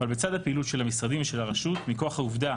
אבל בצד הפעילות של המשרדים ושל הרשות מכוח העובדה